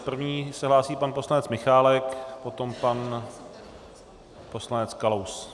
První se hlásí pan poslanec Michálek, potom pan poslanec Kalous.